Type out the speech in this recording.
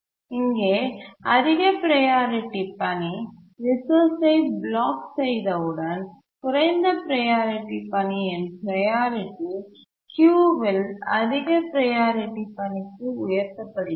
இங்கே அதிக ப்ரையாரிட்டி பணி ரிசோர்ஸ் ஐ பிளாக் செய்தவுடன் குறைந்த ப்ரையாரிட்டி பணியின் ப்ரையாரிட்டி க்யூவில் அதிக ப்ரையாரிட்டி பணிக்கு உயர்த்தப்படுகிறது